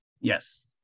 Yes